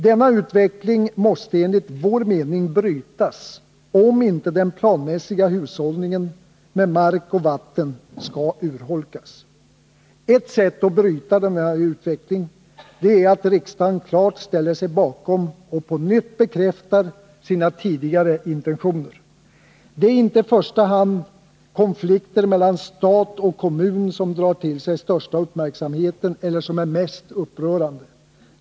Denna utveckling måste enligt vår mening brytas för att inte den planmässiga hushållningen med mark och vatten skall urholkas. Ett sätt att bryta denna utveckling är att riksdagen klart ställer sig bakom och på nytt bekräftar sina tidigare intentioner. Det är inte i första hand konflikter mellan stat och kommun som drar till sig största uppmärksamheten eller som är mest upprörande.